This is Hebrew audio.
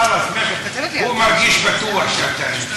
הוא מרגיש בטוח כשאתה נמצא.